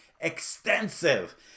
extensive